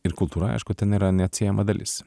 ir kultūra aišku ten yra neatsiejama dalis